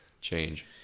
change